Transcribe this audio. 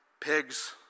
pigs